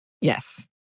Yes